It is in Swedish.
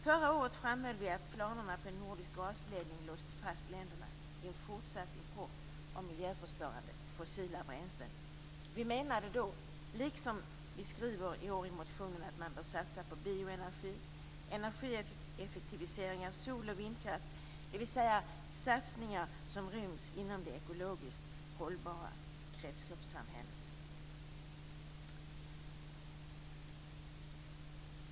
Förra året framhöll vi att planerna för en nordisk gasledning låste fast länderna i en fortsatt import av miljöförstörande fossila bränslen. Vi menade då, liksom vi skriver i motionen i år, att man bör satsa på bioenergi, energieffektiviseringar, sol och vindkraft, dvs. satsningar som ryms inom det ekologiskt hållbara kretsloppssamhället.